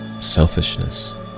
selfishness